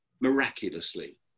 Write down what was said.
miraculously